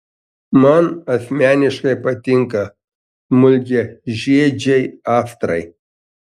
man asmeniškai patinka smulkiažiedžiai astrai